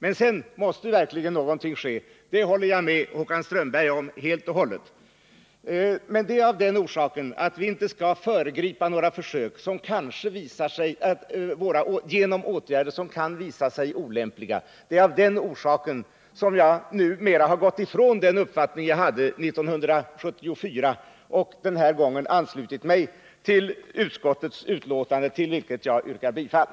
Men sedan måste någonting verkligen ske — det håller jag helt med Håkan Strömberg om. Men vi bör inte föregripa några försök och vidta åtgärder som kan visa sig olämpliga. Det är av denna orsak som jag nu har gått ifrån den uppfattning som jag hade 1974 och ansluter mig till utskottets hemställan till vilken jag yrkar bifall.